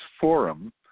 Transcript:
Forum